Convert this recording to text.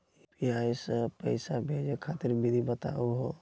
UPI स पैसा भेजै खातिर विधि बताहु हो?